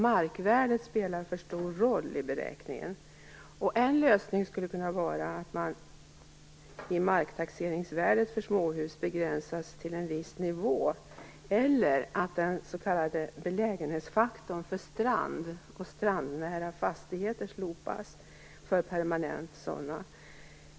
Markvärdet spelar för stor roll vid beräkningen. En lösning skulle kunna vara att marktaxeringsvärdet för småhus begränsas till en viss nivå eller att den s.k. belägenhetsfaktorn för permanentboende i fastigheter som ligger vid strand eller är strandnära slopas.